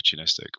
opportunistic